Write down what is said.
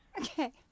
Okay